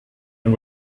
and